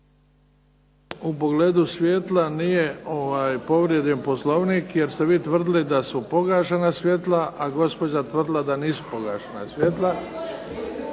U pogledu svjetla nije povrijeđen Poslovnik jer ste vi tvrdili da su pogašena svjetla, a gospođa je tvrdila da nisu pogašena svjetla.